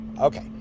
Okay